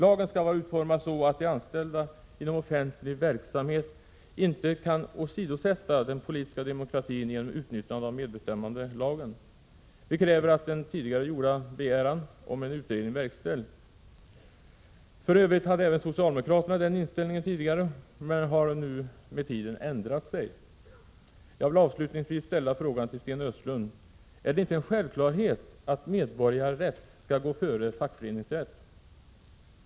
Lagen skall vara utformad så att de anställda inom offentlig verksamhet inte kan åsidosätta den politiska demokratin genom utnyttjande av medbestämmandelagen. Vi kräver att den tidigare gjorda begäran om en utredning verkställs. För övrigt hade även socialdemokraterna tidigare den inställningen, men de har med tiden ändrat sig. Jag vill avslutningsvis ställa frågan till Sten Östlund: Är det inte en självklarhet att medborgarrätt skall gå före fackföreningsrätt?